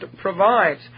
provides